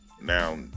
Now